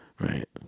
Right